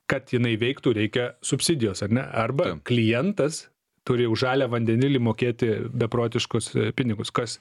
kad jinai veiktų reikia subsidijos ar ne arba klientas turi už žalią vandenilį mokėti beprotiškus pinigus kas